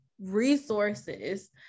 resources